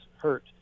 hurt